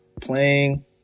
Playing